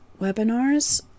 webinars